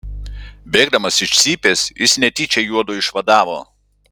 bėgdamas iš cypės jis netyčia juodu išvadavo